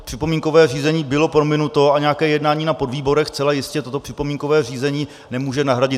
Připomínkové řízení bylo prominuto a nějaké jednání na podvýborech zcela jistě toto připomínkové řízení nemůže nahradit.